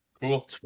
Cool